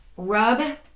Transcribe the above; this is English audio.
Rub